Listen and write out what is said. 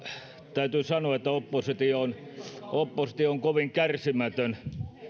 täytyy sanoa että oppositio on oppositio on kovin kärsimätön